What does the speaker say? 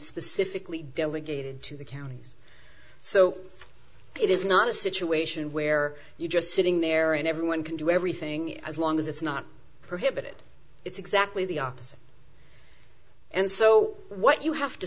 specifically delegated to the counties so it is not a situation where you just sitting there and everyone can do everything as long as it's not prohibited it's exactly the opposite and so what you have to